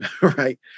right